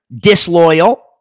Disloyal